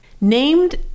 named